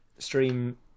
Stream